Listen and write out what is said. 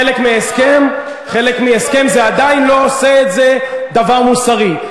חלק מהסכם, זה עדיין לא עושה את זה דבר מוסרי.